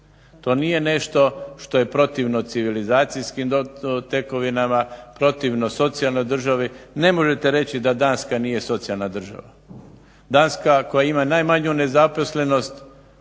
To nije nešto što je protivno civilizacijskim tekovinama, protivno socijalnoj državi. Ne možete reći da Danska nije socijalna država. Danska koja ima najmanju nezaposlenost,